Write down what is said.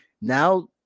Now